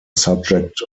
subject